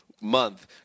month